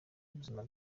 ubuzima